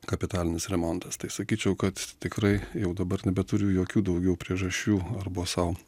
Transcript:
kapitalinis remontas tai sakyčiau kad tikrai jau dabar nebeturiu jokių daugiau priežasčių arba sau